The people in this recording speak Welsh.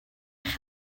eich